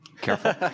Careful